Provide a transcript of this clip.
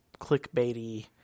clickbaity